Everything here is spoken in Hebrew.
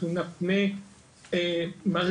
אנחנו נפנה מרדימים,